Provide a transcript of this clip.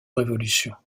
révolution